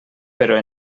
però